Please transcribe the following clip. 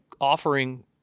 offering